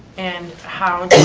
and how